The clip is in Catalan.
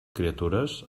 criatures